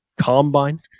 Combine